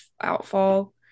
outfall